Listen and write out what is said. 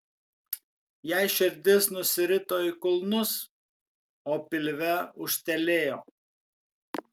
jai širdis nusirito į kulnus o pilve ūžtelėjo